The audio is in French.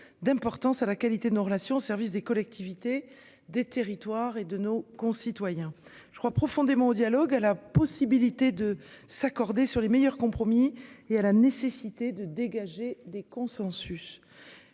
d'importance à la qualité de nos relations service des collectivités, des territoires et de nos concitoyens. Je crois profondément au dialogue à la possibilité de s'accorder sur les meilleurs compromis et à la nécessité de dégager des consensus,